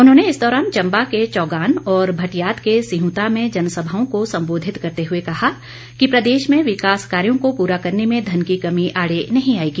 उन्होंने इस दौरान चम्बा के चौगान और भटियात के सिंहता में जनसभाओं को सम्बोधित करते हुए कहा कि प्रदेश में विकास कार्यों को पूरा करने में धन की कमी आड़े नहीं आएगी